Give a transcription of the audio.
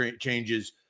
changes